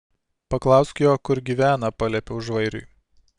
paklausk jo kur gyvena paliepiau žvairiui